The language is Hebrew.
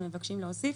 שמבקשים להוסיף.